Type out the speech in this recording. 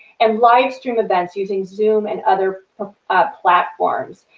and live stream events using zoom and other platforms.